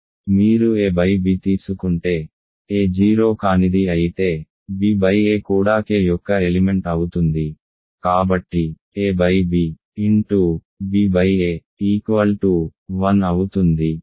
మీరు ab తీసుకుంటే a 0 కానిది అయితే b a కూడా K యొక్క ఎలిమెంట్ అవుతుంది కాబట్టి a b b a 1 అవుతుంది